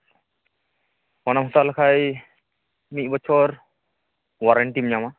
ᱯᱷᱳᱱᱮᱢ ᱦᱟᱛᱟᱣ ᱞᱮᱠᱷᱟᱱ ᱢᱤᱫ ᱵᱚᱪᱷᱚᱨ ᱚᱣᱟᱨᱮᱱᱴᱤᱢ ᱧᱟᱢᱟ